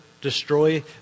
destroy